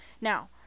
Now